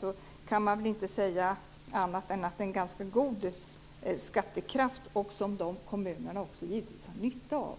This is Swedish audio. Då kan man väl inte säga annat än att det finns en ganska god skattekraft som de kommunerna också givetvis har nytta av.